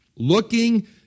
looking